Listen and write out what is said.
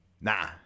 nah